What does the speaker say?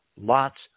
lots